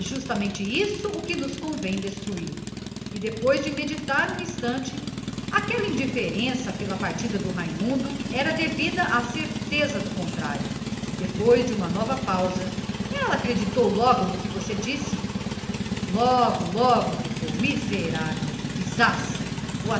justamente o que convém destruir quanto antes e depois de uma pausa aquela indiferença pela retirada de raimundo era devida à certeza do contrário calou-se e perguntou daí a um instante ela acreditou logo no que você disse logo logo gritou miserável e